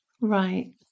Right